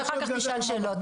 אחר כך תשאל שאלות.